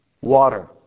water